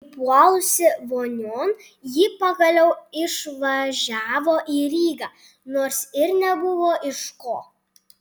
įpuolusi vonion ji pagaliau išvažiavo į rygą nors ir nebuvo iš ko